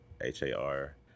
H-A-R